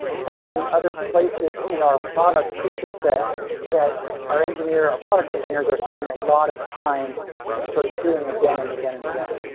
find the other places in our product feature set that our engineer, our product engineers are spending a lot of time sort of doing again and again and again,